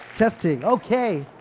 testing, okay!